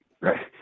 right